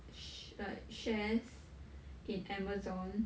sh~ like share in Amazon